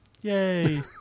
Yay